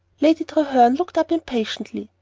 lady treherne looked up impatiently.